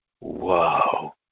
Wow